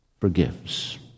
forgives